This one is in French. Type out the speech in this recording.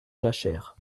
jachère